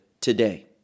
today